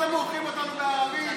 מה אתם מורחים אותנו בערבית?